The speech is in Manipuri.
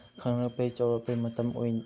ꯈꯪꯂꯛꯄꯒꯤ ꯆꯥꯎꯔꯛꯄꯒꯤ ꯃꯇꯝ ꯑꯣꯏ